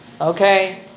Okay